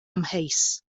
amheus